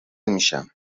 میشم